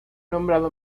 nombrado